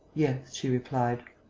yes, she replied.